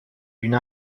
d’une